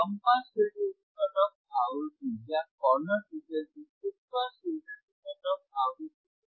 तो कम pass filter की कट ऑफ आवृत्ति या कार्नर फ्रीक्वेंसी उच्च पास फिल्टर की कट ऑफ आवृत्ति से अधिक होगी